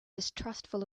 distrustful